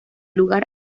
lugar